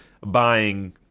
buying